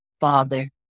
father